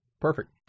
Perfect